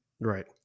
right